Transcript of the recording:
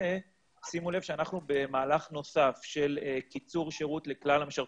שימו לב שאנחנו במהלך נוסף של קיצור שירות לכלל המשרתים.